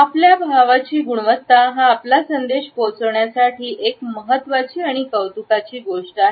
आपल्या भावाची गुणवत्ता हा आपला संदेश पोहोचवण्यासाठी एक महत्त्वाची आणि कौतुकाची गोष्ट आहे